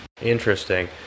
interesting